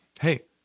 hey